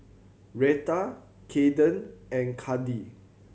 Reta Kaeden and Kandi